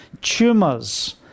Tumors